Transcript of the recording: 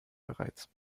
bereits